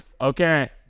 okay